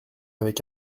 avec